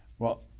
well,